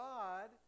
God